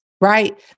right